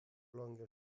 longer